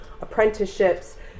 apprenticeships